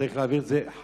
צריך להעביר את זה חזרה,